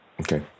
Okay